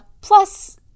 plus